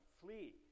Flee